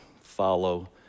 follow